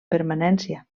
permanència